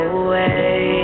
away